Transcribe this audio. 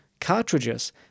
cartridges